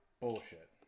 Bullshit